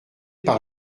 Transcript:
par